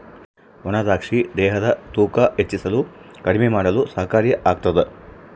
ಒಣ ದ್ರಾಕ್ಷಿ ದೇಹದ ತೂಕ ಹೆಚ್ಚಿಸಲು ಕಡಿಮೆ ಮಾಡಲು ಸಹಕಾರಿ ಆಗ್ತಾದ